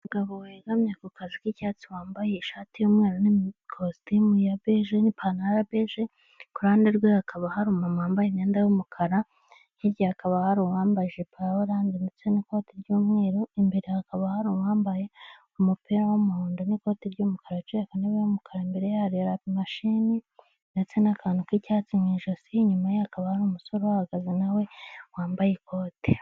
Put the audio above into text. Umugabo wegamye ku kazi k'icyatsi wambaye ishati yumweru nikositimu ya beje n'ipantaro ya beje, kuruhande rwe hakaba hari umuntu wambaye imyenda y'umukara hirya hakaba hari uwambaye ijipo ya oranje ndetse n'ikoti ry'umweru, imbere hakaba hari uwambaye umupira w'umuhondo n'ikoti ry'umukara bicaye ku ntebe y'umukara mbere ye hari mashini ndetse n'akantu k'icyatsi mu ijosi inyuma ye hakaba hari umusore uhagaze nawe wambaye ikote.